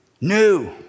new